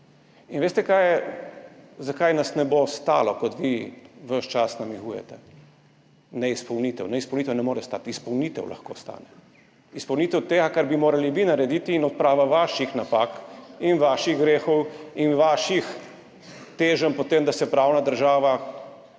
In veste, zakaj nas ne bo stalo, kot vi ves čas namigujete? Neizpolnitev, neizpolnitev ne more stati, izpolnitev lahko stane, izpolnitev tega, kar bi morali vi narediti, in odprava vaših napak in vaših grehov in vaših teženj po tem, da se pravna država